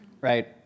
right